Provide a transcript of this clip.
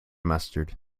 mustard